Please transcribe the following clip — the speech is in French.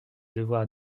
devoir